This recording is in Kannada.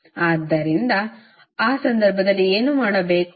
ಆದ್ದರಿಂದ ಆ ಸಂದರ್ಭದಲ್ಲಿ ಏನು ಮಾಡಬೇಕು